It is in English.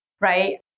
right